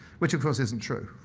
which of course isn't true.